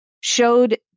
showed